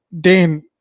Dane